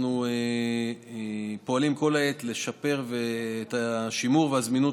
אנחנו פועלים כל העת לשפר את השימור והזמינות